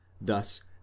thus